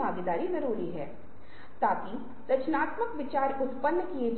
यह बहुत सुंदर है क्योंकि आप एक ऐसा संबंध बनाने